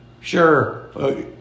Sure